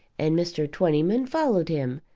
and mr. twentyman followed him,